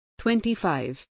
25